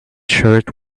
shirt